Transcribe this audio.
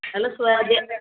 ହେଲେ ସୁଆଦିଆ